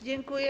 Dziękuję.